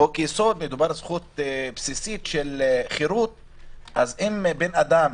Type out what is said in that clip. מדובר על זכות בסיסית של חירות ואם לאדם